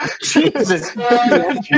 Jesus